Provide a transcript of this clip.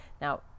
now